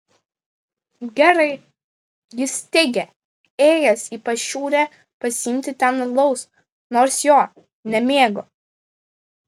gerai jis teigė ėjęs į pašiūrę pasiimti ten alaus nors jo nemėgo